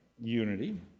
Unity